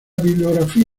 bibliografía